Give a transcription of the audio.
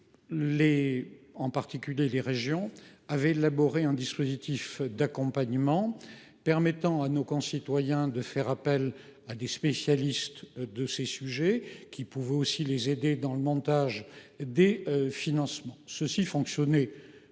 Les régions notamment avaient élaboré un dispositif d’accompagnement permettant à nos concitoyens de faire appel à des spécialistes de ces sujets qui pouvaient aussi les aider dans le montage des financements. Cela fonctionnait